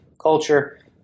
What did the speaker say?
culture